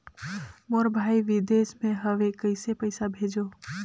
मोर भाई विदेश मे हवे कइसे पईसा भेजो?